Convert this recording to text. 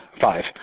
Five